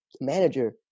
manager